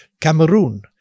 Cameroon